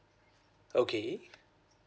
okay